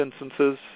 instances